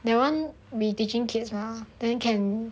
that [one] we teaching kids mah then can